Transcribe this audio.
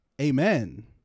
amen